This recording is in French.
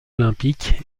olympique